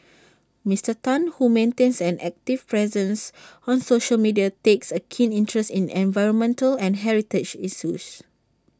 Mister Tan who maintains an active presence on social media takes A keen interest in environmental and heritage issues